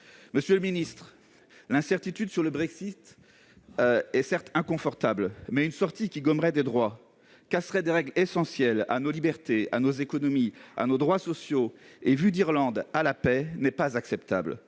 Monsieur le ministre, l'incertitude sur le Brexit est certes inconfortable, mais une sortie qui gommerait des droits, casserait des règles essentielles à nos libertés, à nos économies, à nos droits sociaux et, vu d'Irlande, à la paix n'est pas acceptable.